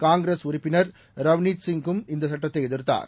காங்கிரஸ் உறுப்பினர் ரவ்நீத் சிங் கும் இந்தசட்டத்தைஎதிர்த்தார்